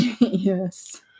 Yes